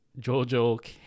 Jojo